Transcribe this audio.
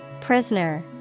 Prisoner